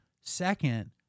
second